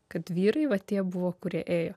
kad vyrai va tie buvo kurie ėjo